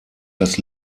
das